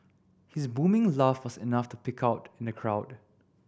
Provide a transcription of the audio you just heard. his booming laugh was enough to pick out in the crowd